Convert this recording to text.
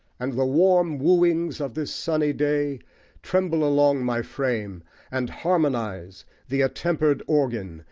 and the warm wooings of this sunny day tremble along my frame and harmonise the attempered organ,